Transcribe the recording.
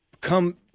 come